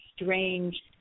strange